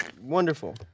Wonderful